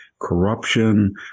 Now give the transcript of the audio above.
corruption